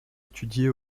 étudier